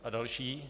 A další.